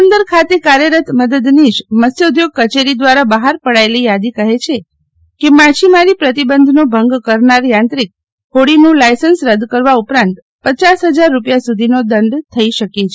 પોરબંદર ખાતે કાર્યરત મદદનીશ મત્સ્યોઘોગ કચેરી દ્વારા બહાર પડાયેલી યાદી કહે છે કે માછીમારી પ્રતિબંધનો ભંગ કરનાર યાંત્રિક હોડીનું લાયસન્સ રદ કરવા ઉપરાંત પચાસ હજાર રૂપિયા સુધીનો દંડ થઇ શકે છે